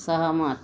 सहमत